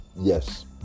yes